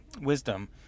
wisdom